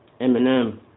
Eminem